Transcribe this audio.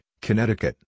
Connecticut